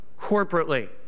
corporately